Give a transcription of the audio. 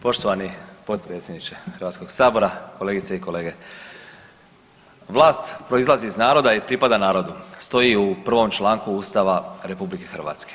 Poštovani potpredsjedniče Hrvatskog sabora, kolegice i kolege, vlast proizlazi iz naroda i pripada narodu stoji u prvom članku Ustava RH.